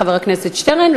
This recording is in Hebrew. לחבר הכנסת שטרן.